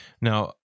Now